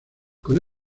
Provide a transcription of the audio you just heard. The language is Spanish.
con